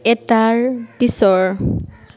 এটাৰ পিছৰ